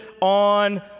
on